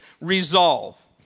Resolve